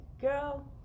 girl